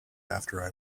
after